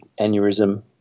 aneurysm